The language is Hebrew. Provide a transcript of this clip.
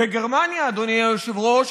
בגרמניה, אדוני היושב-ראש,